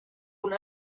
una